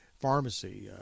pharmacy